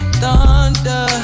thunder